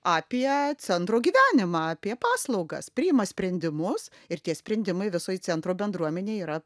apie centro gyvenimą apie paslaugas priima sprendimus ir tie sprendimai visai centro bendruomenei yra